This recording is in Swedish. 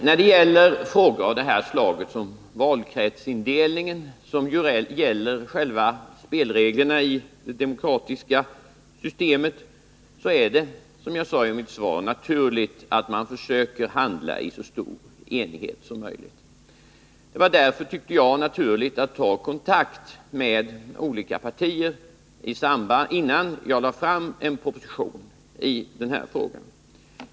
Herr talman! När det gäller frågor om valkretsindelningen, som ju berör själva spelreglerna i det demokratiska systemet, är det, som jag sade i mitt svar, naturligt att man försöker handla i så stor enighet som möjligt. Därför tyckte jag att det var naturligt att ta kontakt med de olika partierna innan jag lade fram en proposition i frågan.